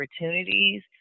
opportunities